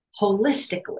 holistically